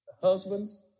Husbands